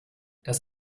das